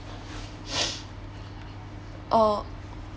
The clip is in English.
orh